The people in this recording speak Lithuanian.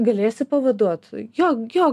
galėsi pavaduot jo jo